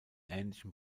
ähnlichem